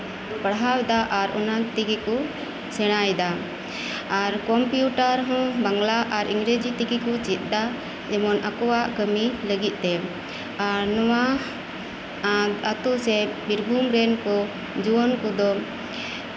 ᱯᱟᱲᱦᱟᱣ ᱮᱫᱟ ᱟᱨ ᱚᱱᱟ ᱛᱮᱜᱮ ᱠᱚ ᱥᱮᱲᱟᱭᱮᱫᱟ ᱟᱨ ᱠᱚᱢᱯᱤᱭᱩᱴᱟᱨ ᱠᱚ ᱦᱚᱸ ᱵᱟᱝᱞᱟ ᱟᱨ ᱤᱝᱨᱮᱡᱤ ᱛᱮᱜᱮ ᱠᱚ ᱪᱮᱫ ᱮᱫᱟ ᱡᱮᱢᱚᱱ ᱟᱠᱚᱣᱟᱜ ᱠᱟᱹᱢᱤ ᱞᱟᱹᱜᱤᱫᱛᱮ ᱟᱨ ᱱᱚᱣᱟ ᱟᱹᱛᱩ ᱥᱮ ᱵᱤᱨᱵᱷᱩᱢ ᱨᱮᱱ ᱠᱚ ᱡᱩᱣᱟᱹᱱ ᱠᱚᱫᱚ